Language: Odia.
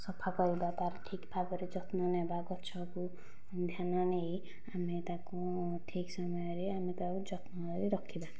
ସଫା କରିବା ତାର ଠିକ ଭାବରେ ଯତ୍ନ ନେବା ଗଛକୁ ଧ୍ୟାନ ନେଇ ଆମେ ତାକୁ ଠିକ ସମୟରେ ଆମେ ତାକୁ ଯତ୍ନରେ ରଖିବା